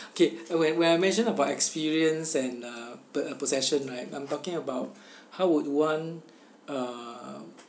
okay whe~ when I mentioned about experience and uh po~ uh possession right I'm talking about how would one uh